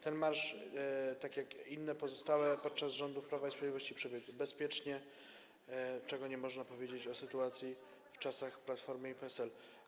Ten marsz, tak jak inne podczas rządów Prawa i Sprawiedliwości, przebiegł bezpiecznie, czego nie można powiedzieć o sytuacji w czasach Platformy i PSL.